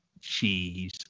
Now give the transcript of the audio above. Cheese